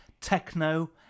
techno